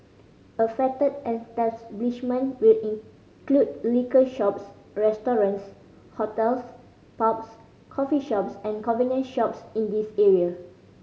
affected establishment will include liquor shops restaurants hotels pubs coffee shops and convenience shops in these area